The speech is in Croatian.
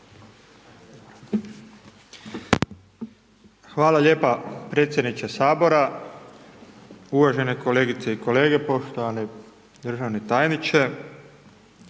Hvala lijepo potpredsjedniče HS-a, uvažene kolegice i kolege, uvaženi državni tajniče